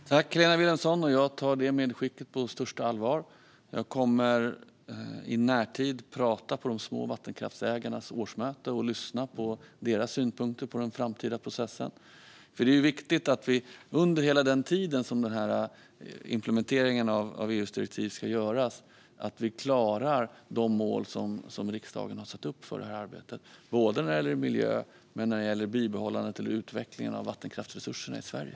Herr talman! Tack, Helena Vilhelmsson! Jag tar det medskicket på största allvar. Jag kommer i närtid att prata på de små vattenkraftsägarnas årsmöte och lyssna på deras synpunkter på den framtida processen. Det är viktigt att vi, under hela den tid som den här implementeringen av EU:s direktiv ska göras, klarar de mål som riksdagen har satt upp för det här arbetet - både när det gäller miljö och när det gäller bibehållandet eller utvecklingen av vattenkraftsresurserna i Sverige.